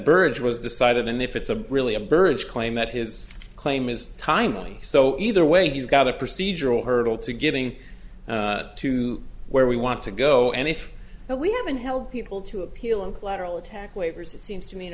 birds was decided and if it's a really a birds claim that his claim is timely so either way you've got a procedural hurdle to getting to where we want to go and if we haven't held people to appeal in collateral attack waivers it seems to me and